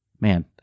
Man